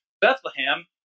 Bethlehem